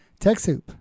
TechSoup